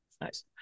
Nice